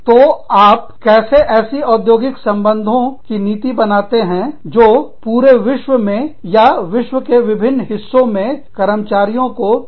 तो आप कैसे ऐसी औद्योगिक संबंधों की नीति बनाते हैं जो पूरे विश्व में या विश्व के विभिन्न हिस्सों के कर्मचारियों को स्वीकार्य हो